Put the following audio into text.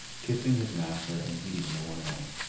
kissing his master, and heeding no one else.